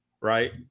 right